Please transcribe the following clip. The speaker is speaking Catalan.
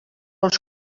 els